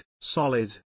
solid